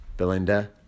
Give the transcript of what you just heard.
Belinda